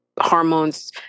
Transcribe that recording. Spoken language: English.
hormones